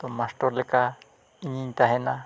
ᱛᱚ ᱢᱟᱥᱴᱚᱨ ᱞᱮᱠᱟ ᱤᱧᱤᱧ ᱛᱟᱦᱮᱱᱟ